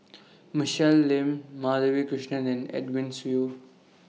Michelle Lim Madhavi Krishnan and Edwin Siew